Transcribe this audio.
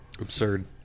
Absurd